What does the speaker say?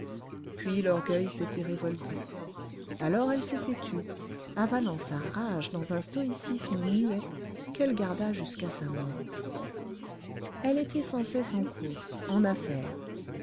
puis l'orgueil s'était révolté alors elle s'était tue avalant sa rage dans un stoïcisme muet qu'elle garda jusqu'à sa mort elle était sans cesse en courses en affaires